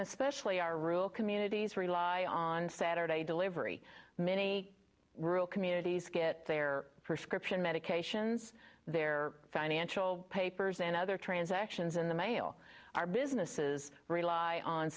especially our rule communities rely on saturday delivery many rural communities get their prescription medications their financial papers and other transactions in the mail our businesses rely on